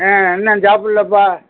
ஆ இன்னும் சாப்புடல்லப்பா